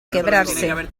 quebrarse